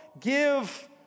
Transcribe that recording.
give